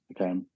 okay